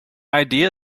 idea